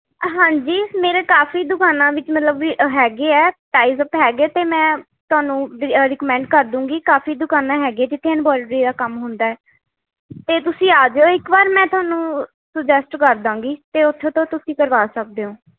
ਹਾਂਜੀ ਮੇਰੇ ਕਾਫੀ ਦੁਕਾਨਾਂ ਵਿੱਚ ਮਤਲਬ ਵੀ ਹੈਗੇ ਹੈ ਟਾਈਜਅੱਪ ਹੈਗੇ ਅਤੇ ਮੈਂ ਤੁਹਾਨੂੰ ਰਿਕਮੈਂਡ ਕਰ ਲੂੰਗੀ ਕਾਫੀ ਦੁਕਾਨਾਂ ਹੈਗੀਆਂ ਜਿੱਥੇ ਇਨਬਰੋਇਡਰੀ ਦਾ ਕੰਮ ਹੁੰਦਾ ਹੈ ਅਤੇ ਤੁਸੀਂ ਆ ਜਿਓ ਇੱਕ ਵਾਰ ਮੈਂ ਤੁਹਾਨੂੰ ਸੁਜੈਸਟ ਕਰ ਦੇਵਾਂਗੀ ਅਤੇ ਉੱਥੋਂ ਤੋਂ ਤੁਸੀਂ ਕਰਵਾ ਸਕਦੇ ਹੋ